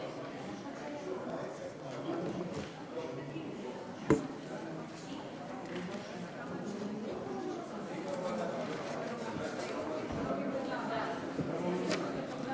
תודה